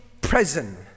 present